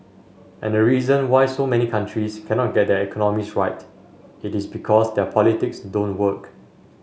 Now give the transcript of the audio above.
and the reason why so many countries cannot get their economies right it is because their politics don't work